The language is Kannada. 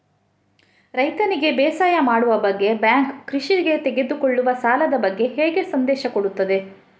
ರೈತನಿಗೆ ಬೇಸಾಯ ಮಾಡುವ ಬಗ್ಗೆ ಬ್ಯಾಂಕ್ ಕೃಷಿಗೆ ತೆಗೆದುಕೊಳ್ಳುವ ಸಾಲದ ಬಗ್ಗೆ ಹೇಗೆ ಸಂದೇಶ ಕೊಡುತ್ತದೆ?